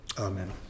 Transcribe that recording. amen